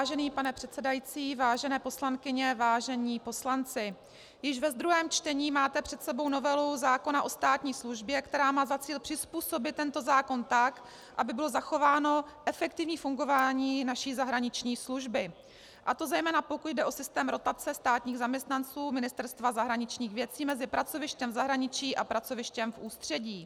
Vážený pane předsedající, vážené poslankyně, vážení poslanci, již ve druhém čtení máte před sebou novelu zákona o státní službě, která má za cíl přizpůsobit tento zákon tak, aby bylo zachováno efektivní fungování naší zahraniční služby, a to zejména pokud jde o systém rotace státních zaměstnanců Ministerstva zahraničních věcí mezi pracovištěm v zahraničí a pracovištěm v ústředí.